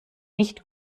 nicht